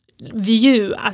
view